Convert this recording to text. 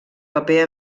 paper